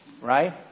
Right